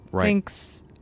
thinks